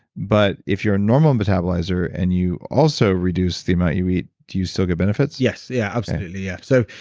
but if you're a normal metabolizer, and you also reduce the amount you eat, do you still get benefits? yes. yeah. absolutely, yeah. so,